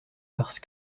parce